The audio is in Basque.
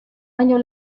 baino